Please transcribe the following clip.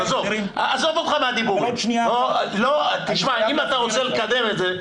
אם אתה רוצה לקדם את זה,